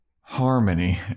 harmony